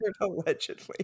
Allegedly